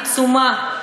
עצומה,